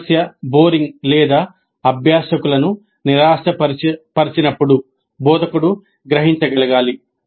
సమస్య బోరింగ్ లేదా అభ్యాసకులను నిరాశపరిచినప్పుడు బోధకుడు గ్రహించగలగాలి